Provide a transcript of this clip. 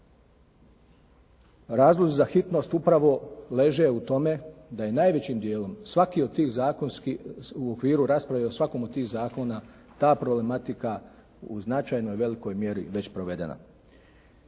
Razlozi za hitnost upravo leže u tome da je najvećim dijelom svaki od tih zakonskih, u okviru rasprave i o svakom od tih zakona ta problematika u značajnoj velikoj mjeri već provedena.